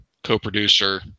co-producer